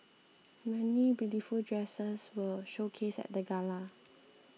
many beautiful dresses were showcased at the gala